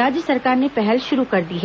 राज्य सरकार ने पहल शुरू कर दी है